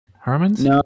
Herman's